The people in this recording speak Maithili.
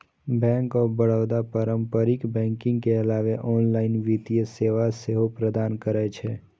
बैंक ऑफ बड़ौदा पारंपरिक बैंकिंग के अलावे ऑनलाइन वित्तीय सेवा सेहो प्रदान करै छै